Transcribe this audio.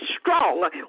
strong